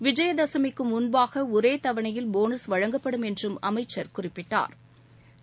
விஜயதசமிக்கு முன்பாக ஒரே தவணயில் போனஸ் வழங்கப்படும் என்றும் அமைச்ச் குறிப்பிட்டா்